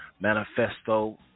manifesto